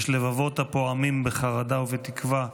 יש לבבות הפועמים בחרדה ובתקווה,